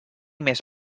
més